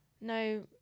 No